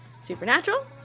Supernatural